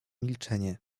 milczenie